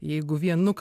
jeigu vienu